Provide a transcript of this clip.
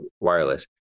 wireless